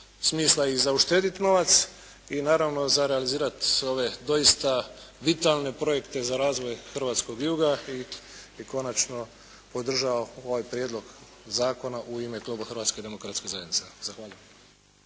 smisla i za uštediti novac, i naravno za realizirati ove doista vitalne projekte za razvoj hrvatskog juga i konačno podržavam ovaj prijedlog zakona u ime kluba Hrvatske demokratske zajednice. Zahvaljujem.